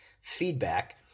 feedback